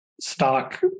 stock